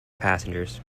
passengers